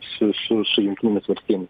su su su jungtinėmis valstijomis